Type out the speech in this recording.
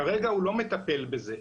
כרגע הוא לא מטפל בזה.